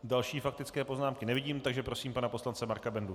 Další faktické poznámky nevidím, takže prosím pana poslance Marka Bendu.